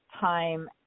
time